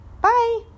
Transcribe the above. Bye